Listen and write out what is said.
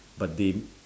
but then